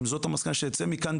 אם זאת המסקנה שנצא מכאן,